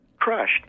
crushed